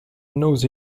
nose